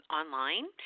online